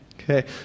Okay